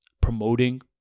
promoting